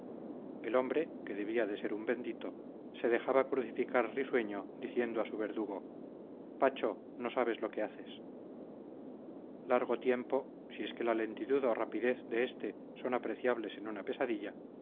el hombre que debía de ser un bendito se dejaba crucificar risueño diciendo a su verdugo pacho no sabes lo que haces largo tiempo si es que la lentitud o rapidez de este son apreciables en una pesadilla